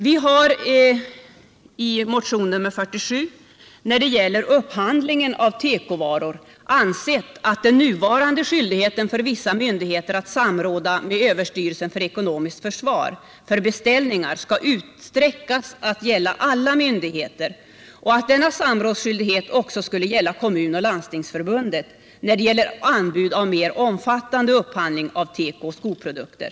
Vi har i motion nr 47 när det gäller upphandlingen av tekovaror ansett att den nuvarande skyldigheten för vissa myndigheter att samråda med överstyrelsen för ekonomiskt försvar för beställningar skall utsträckas till att gälla alla myndigheter och att denna samrådsskyldighet också skulle gälla Kommunoch Landstingsförbunden, när det gäller anbud av mer omfattande upphandling av tekooch skoprodukter.